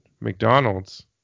McDonald's